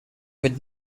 would